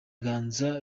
ganza